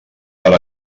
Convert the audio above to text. per